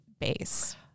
base